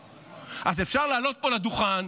אז אפשר לעלות פה לדוכן,